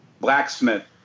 Blacksmith